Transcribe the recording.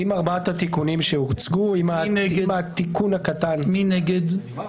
מי נגד?